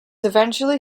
eventually